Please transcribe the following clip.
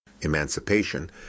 Emancipation